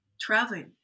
traveling